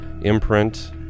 imprint